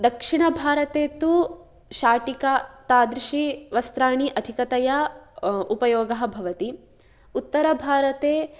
दक्षिणभारते तु शाटिका तादृशी वस्त्राणि अधिकतया उपयोगः भवति उत्तरभारते